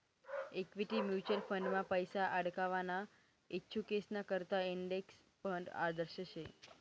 equity mutual फंडमा पैसा आडकवाना इच्छुकेसना करता इंडेक्स फंड आदर्श शे